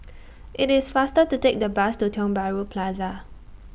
IT IS faster to Take The Bus to Tiong Bahru Plaza